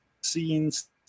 scenes